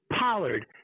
Pollard